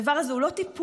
הדבר הזה הוא לא טיפול.